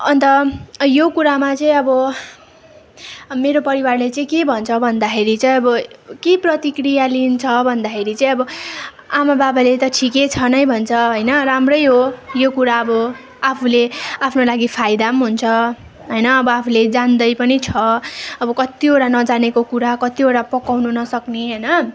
अन्त यो कुरामा चाहिँ अब मेरो परिवारले चाहिँ के भन्छ भन्दाखेरि चाहिँ अब के प्रतिक्रिया लिन्छ भन्दाखेरि चाहिँ अब आमा बाबाले त ठिकै छ नै भन्छ होइन राम्रै हो यो कुरा अब आफूले आफ्नो लागि फायदा पनि हुन्छ होइन अब आफूले जान्दै पनि छ अब कतिवटा नजानेको कुरा कतिवटा पकाउनु नसक्ने होइन